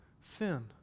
sin